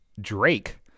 Drake